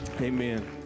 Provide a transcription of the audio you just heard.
Amen